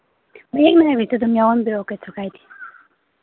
ꯃꯌꯦꯛ ꯅꯥꯏꯕꯤꯗꯨ ꯑꯗꯨꯝ ꯌꯥꯎꯍꯟꯕꯤꯔꯛꯎ ꯀꯩꯁꯨ ꯀꯥꯏꯗꯦ